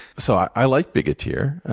so i like bigoteer.